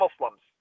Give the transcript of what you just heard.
Muslims